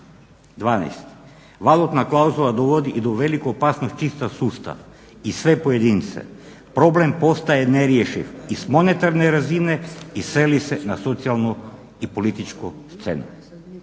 12.valutna klauzula dovodi i do veliku opasnost … sustav i sve pojedince problem postaje nerješiv i s monetarne razine i seli se na socijalnu i političku scenu.